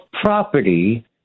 property